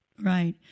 Right